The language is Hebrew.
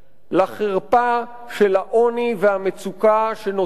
לחרפה של העוני והמצוקה שנותרים,